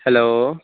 hello